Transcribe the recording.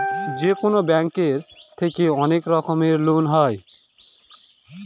যেকোনো ব্যাঙ্ক থেকে অনেক রকমের লোন হয়